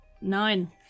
Nine